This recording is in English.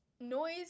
noise